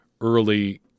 early